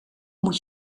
moet